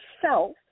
self